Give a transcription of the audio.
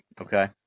Okay